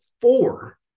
four